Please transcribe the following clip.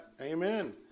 amen